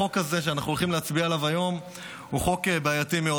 החוק שאנחנו הולכים להצביע עליו היום הוא חוק בעייתי מאוד.